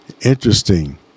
Interesting